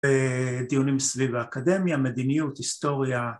‫בדיונים סביב האקדמיה, ‫מדיניות, היסטוריה.